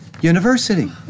University